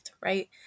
right